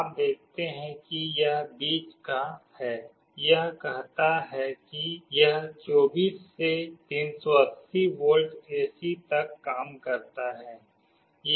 आप देखते हैं कि यह बीच का है यह कहता है कि यह 24 से 380 वोल्ट एसी तक काम करता है